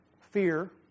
Fear